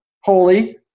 Holy